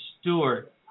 Stewart